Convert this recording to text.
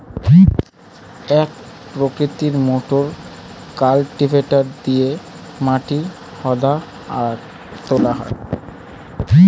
এক প্রকৃতির motor cultivator দিয়ে মাটি হুদা আর তোলা হয়